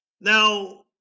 now